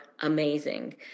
amazing